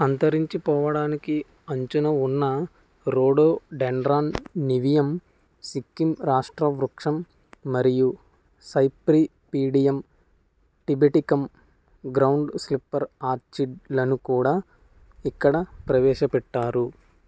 అంతరించిపోవడానికి అంచున ఉన్న rhododendron niveum Sikkim రాష్ట్ర వృక్షం మరియు సైప్రిపీడియం టిబెటికమ్ గ్రౌండ్ స్లిప్పర్ ఆర్చిడ్లను కూడా ఇక్కడ ప్రవేశపెట్టారు